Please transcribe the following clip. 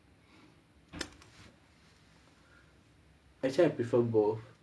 actually I prefer both